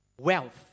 Wealth